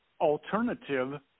Alternative